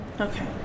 Okay